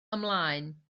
ymlaen